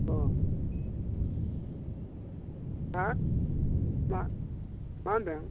अ हा मा मा होनदों